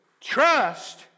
trust